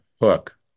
hook